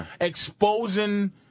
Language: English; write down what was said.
Exposing